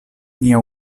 nia